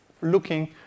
looking